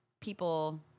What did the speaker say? people